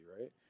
right